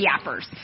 yappers